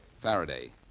Faraday